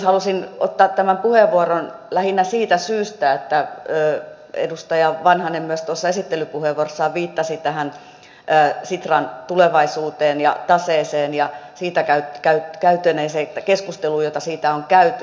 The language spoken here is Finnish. halusin ottaa tämän puheenvuoron lähinnä siitä syystä että edustaja vanhanen myös esittelypuheenvuorossaan viittasi sitran tulevaisuuteen ja taseeseen ja keskusteluun jota siitä on käyty